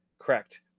Correct